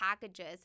packages